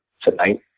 tonight